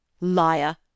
Liar